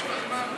השתכנענו.